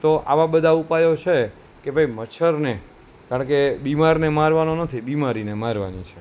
તો આવા બધા ઉપાયો છે કે ભાઈ મચ્છરને કારણ કે બીમારને મારવાનો નથી બીમારીને મારવાની છે